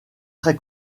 très